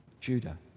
Judah